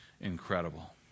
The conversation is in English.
incredible